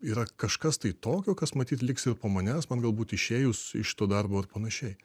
yra kažkas tai tokio kas matyt liks ir po manęs man galbūt išėjus iš šito darbo ir panašiai